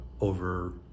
over